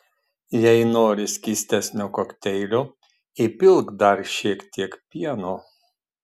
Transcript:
jei nori skystesnio kokteilio įpilk dar šiek tiek pieno